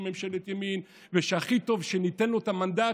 ממשלת ימין ושהכי טוב שניתן לו את המנדט,